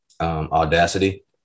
audacity